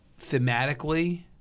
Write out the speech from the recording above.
thematically